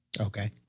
Okay